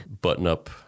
button-up